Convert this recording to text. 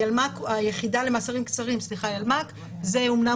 הילמ"ק היחידה למאסרים קצרים זה אמנם